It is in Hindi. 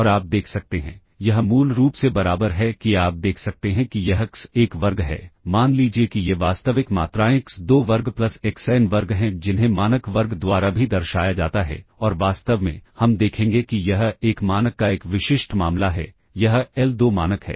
और आप देख सकते हैं यह मूल रूप से बराबर है कि आप देख सकते हैं कि यह x1 वर्ग है मान लीजिए कि ये वास्तविक मात्राएँ x2 वर्ग प्लस xn वर्ग हैं जिन्हें मानक वर्ग द्वारा भी दर्शाया जाता है और वास्तव में हम देखेंगे कि यह एक मानक का एक विशिष्ट मामला है यह l2 मानक है